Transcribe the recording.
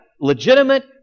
legitimate